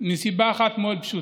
מסיבה אחת מאוד פשוטה,